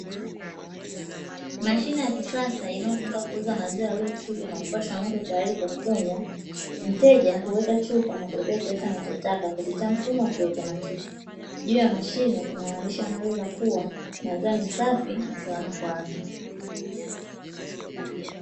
Mashine ya kisasa inayotumika kuuza maziwa yaliyochujwa na kupashwa moto tayari kwa kunywa, mteja huweka chupa na kulipia kiasi anachotaka kupitia mfumo wa kiautomatiki, juu ya mashine kuna maandishi yanayoonyesha kuwa, maziwa ni safi na salama kwa afya.